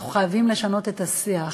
אנחנו חייבים לשנות את השיח: